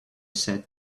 said